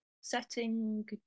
Setting